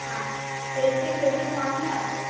हाँ तो एक एक जगह घुमानी है आपको